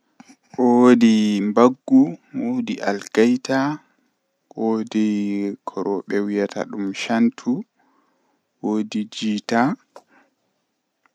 Lebbi jei buri wulugo haa mi woni latta lebbi arande nangan egaa en viya mach april mey jun pat don wuli habe julai lewru jei don feewi bo nangan nuvemba desemba janwari habe fabwari lewru jei burdaa hebugo ndiyam bo laatan julai ogos be septemba.